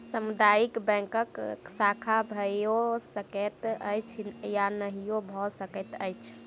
सामुदायिक बैंकक शाखा भइयो सकैत अछि आ नहियो भ सकैत अछि